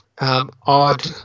odd